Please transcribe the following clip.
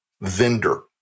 vendor